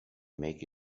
make